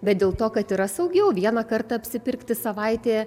bet dėl to kad yra saugiau vieną kartą apsipirkti savaitėje